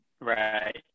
Right